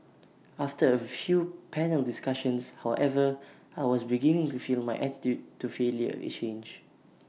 after A few panel discussions however I was beginning to feel my attitude to failure change